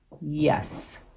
Yes